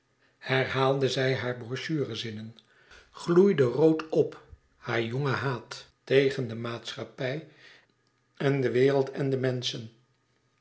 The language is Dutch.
herhaalde zij hare brochure zinnen gloeide rood p haar jonge haat tegen de maatschappij en de wereld en de menschen